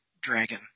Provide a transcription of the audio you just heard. dragon